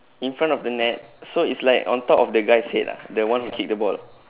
in front of the net so it's like on top of the guy's head lah the one who kick the ball